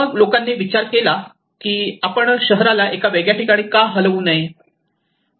मग लोकांनी विचार केला की आपण शहराला एका वेगळ्या ठिकाणी का हलवू नये